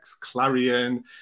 Clarion